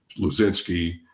Luzinski